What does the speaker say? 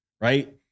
right